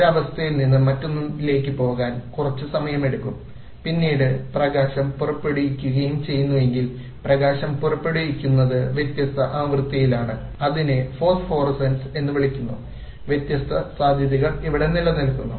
ഒരു അവസ്ഥയിലെ നിന്ന് മറ്റൊന്നിലേക്ക് പോകാൻ കുറച്ച് സമയമെടുക്കുകയും പിന്നീട് പ്രകാശം പുറപ്പെടുവിക്കുകയും ചെയ്യുന്നുവെങ്കിൽ പ്രകാശം പുറപ്പെടുവിക്കുന്നത് വ്യത്യസ്ത ആവൃത്തിയാണ് അതിനെ ഫോസ്ഫോറസൻസ് എന്ന് വിളിക്കുന്നു വ്യത്യസ്ത സാധ്യതകൾ ഇവിടെ നിലനിൽക്കുന്നു